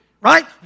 right